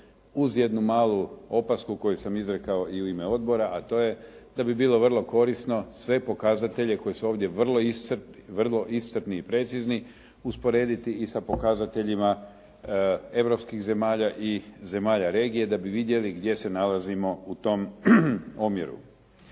uz jednu malu opasku koju sam izrekao i u ime odbora, a to je da bi bilo vrlo korisno sve pokazatelje koji su ovdje vrlo iscrpni i precizni, usporediti i sa pokazateljima europskih zemalja i zemalja regije da bi vidjeli gdje se nalazimo u tom omjeru.